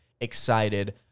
excited